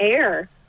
air